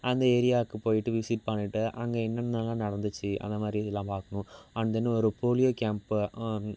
அந்த ஏரியாவுக்கு போய்ட்டு விசிட் பண்ணிட்டு அங்கே என்னென்னலாம் நடந்துச்சு அந்த மாதிரி இதலாம் பார்க்கணும் அண்ட் தென் ஒரு போலியோ கேம்ப்பு